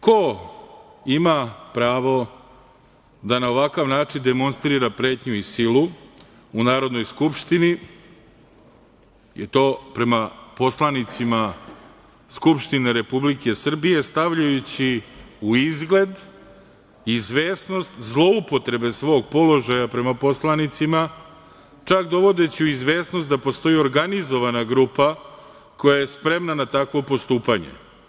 Ko ima pravo da na ovakav način demonstrira pretnju i silu u Narodnoj skupštini i to prema poslanicima Skupštine Republike Srbije stavljajući u izgled izvesnost zloupotrebe svog položaja prema poslanicima, čak dovodeći u izvesnost da postoji organizovana grupa koja je spremna na takvo postupanje.